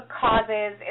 Causes